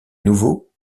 nouveau